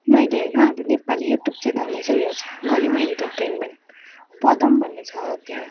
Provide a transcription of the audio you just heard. मैले होइन अब यु ट्युब नेपाली च्यानलमा चाहिँ यो हेर्छ गरिमा इन्टर्टेन्मेन्ट पदम भन्ने छ त्यहाँ